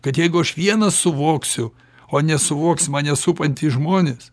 kad jeigu aš vienas suvoksiu o nesuvoks mane supantys žmonės